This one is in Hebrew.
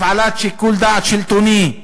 הפעלת שיקול דעת שלטוני,